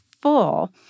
full